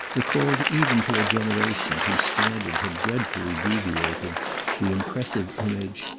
recalled even to a generation whose standard had dreadfully deviated the impressive image,